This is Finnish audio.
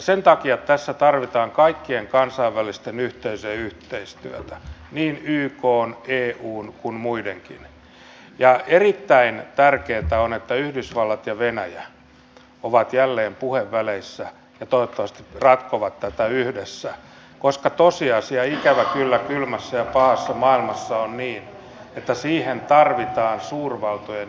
sen takia tässä tarvitaan kaikkien kansainvälisten yhteisöjen yhteistyötä niin ykn eun kuin muidenkin ja erittäin tärkeää on että yhdysvallat ja venäjä ovat jälleen puheväleissä ja toivottavasti ratkovat tätä yhdessä koska tosiasia ikävä kyllä kylmässä ja pahassa maailmassa on se että siihen tarvitaan suurvaltojen yhteistyötä